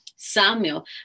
Samuel